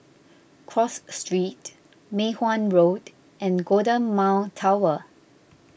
Cross Street Mei Hwan Road and Golden Mile Tower